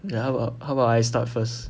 then how about how about I start first